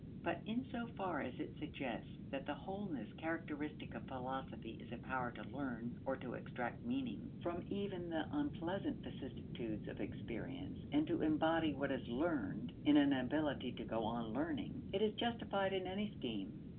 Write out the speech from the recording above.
but in so far as it suggests that the wholeness characteristic of philosophy is a power to learn, or to extract meaning, from even the unpleasant vicissitudes of experience and to embody what is learned in an ability to go on learning, it is justified in any scheme.